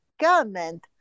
government